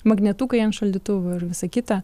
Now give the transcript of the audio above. magnetukai ant šaldytuvo ir visa kita